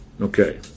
Okay